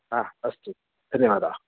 हा अस्तु धन्यवादाः